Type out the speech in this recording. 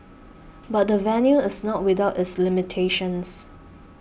but the venue is not without its limitations